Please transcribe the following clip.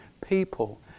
people